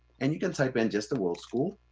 and you can type in just the word school.